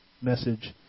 message